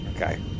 Okay